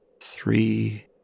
three